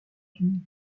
fini